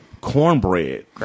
cornbread